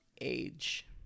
age